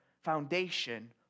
foundation